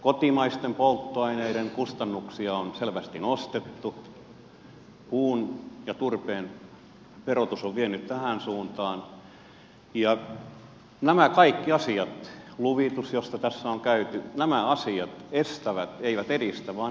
kotimaisten polttoaineiden kustannuksia on selvästi nostettu puun ja turpeen verotus on vienyt tähän suuntaan ja nämä kaikki asiat luvitus josta tässä on käyty keskustelua estävät eivät edistä vaan estävät uuden kapasiteetin syntymistä